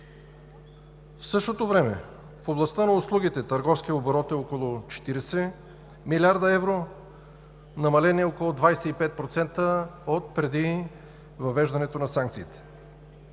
В същото време в областта на услугите търговският оборот е около 40 млрд. евро – намаление около 25% отпреди въвеждането на санкциите.